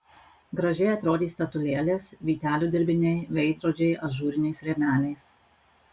gražiai atrodys statulėlės vytelių dirbiniai veidrodžiai ažūriniais rėmeliais